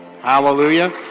Hallelujah